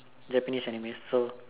Japanese anime so